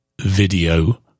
video